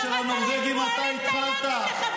קראת להם פועלים תאילנדים, לחברי כנסת.